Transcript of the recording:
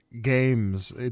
games